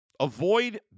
avoid